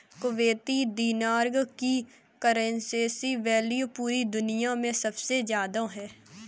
Kuwaiti दीनार की currency value पूरी दुनिया मे सबसे ज्यादा है